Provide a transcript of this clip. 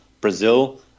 Brazil